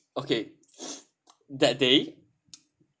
okay that day